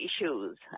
issues